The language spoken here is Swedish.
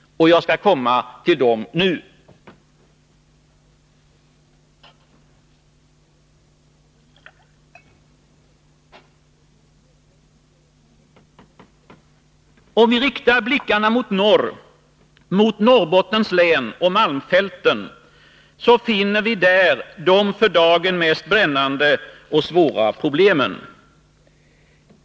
Jag skall komma till dem nu. Om vi riktar blickarna mot norr, mot Norrbottens län och malmfälten, så finner vi där de för dagen mest brännande och svåra problemen.